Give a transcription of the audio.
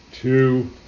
two